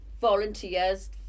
volunteers